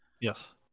Yes